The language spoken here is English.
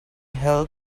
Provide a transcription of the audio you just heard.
help